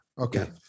Okay